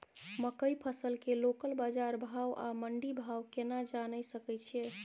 मकई फसल के लोकल बाजार भाव आ मंडी भाव केना जानय सकै छी?